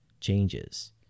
changes